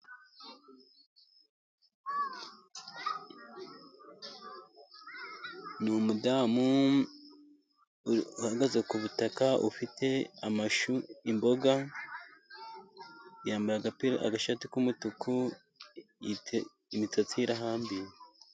N'umudamu uhagaze ku butaka ufite imboga, yambaye agashati k'umutuku imisatsiye irahambiye.